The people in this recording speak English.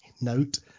note